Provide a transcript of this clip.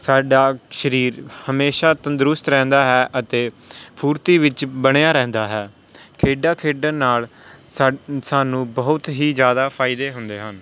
ਸਾਡਾ ਸਰੀਰ ਹਮੇਸ਼ਾ ਤੰਦਰੁਸਤ ਰਹਿੰਦਾ ਹੈ ਅਤੇ ਫੁਰਤੀ ਵਿੱਚ ਬਣਿਆ ਰਹਿੰਦਾ ਹੈ ਖੇਡਾਂ ਖੇਡਣ ਨਾਲ ਸਾਨੂੰ ਬਹੁਤ ਹੀ ਜ਼ਿਆਦਾ ਫਾਇਦੇ ਹੁੰਦੇ ਹਨ